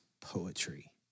poetry